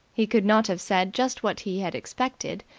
he could not have said just what he had expected,